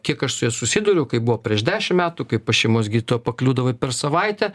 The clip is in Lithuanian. kiek aš su ja susiduriu kai buvo prieš dešimt metų kai pas šeimos gydytoją pakliūdavai per savaitę